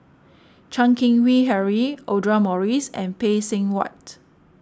Chan Keng Howe Harry Audra Morrice and Phay Seng Whatt